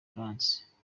france